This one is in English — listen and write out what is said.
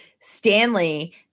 Stanley